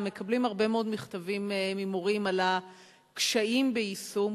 מקבלים הרבה מאוד מכתבים ממורים על הקשיים ביישום,